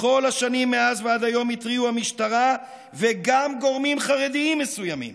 בכל השנים מאז ועד היום התריעו המשטרה וגם גורמים חרדיים מסוימים